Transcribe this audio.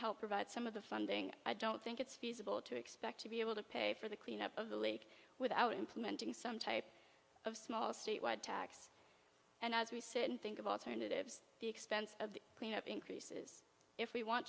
help provide some of the funding i don't think it's feasible to expect to be able to pay for the cleanup of the leak without implementing some type of small statewide tax and as we sit and think of alternatives the expense of the clean up increases if we want